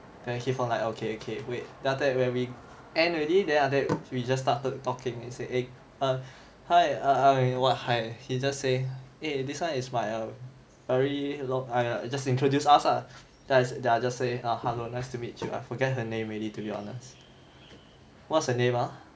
then kee fong like okay okay wait then after that when we end already then after that we just started talking and said eh err hi err hi what hi he just say eh this one is my err very long !aiya! just introduced ask ah then err then I just say hello nice to meet you I forget her name already to be honest what's the name